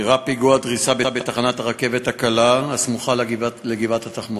אירע פיגוע דריסה בתחנת הרכבת הקלה הסמוכה לגבעת-התחמושת.